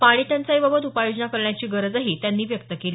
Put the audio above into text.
पाणी टंचाईबाबत उपाययोजना करण्याची गरज त्यांनी व्यक्त केली